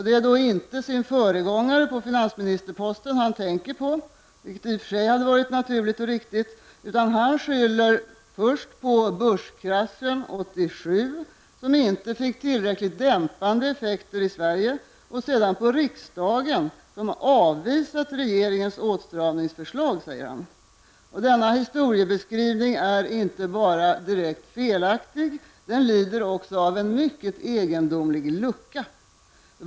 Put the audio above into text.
Det är då inte sin föregångare på finansministerposten han tänker på -- vilket i och för sig hade varit naturligt och riktigt -- utan han skyller först på börskraschen 1987 som inte fick tillräckligt dämpande effekter i Sverige och sedan på riksdagen som avvisat regeringens åtstramningsförslag. Denna historiebeskrivning är inte bara direkt felaktig, den lider också av en mycket egendomlig lucka.